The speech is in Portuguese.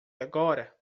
agora